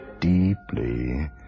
deeply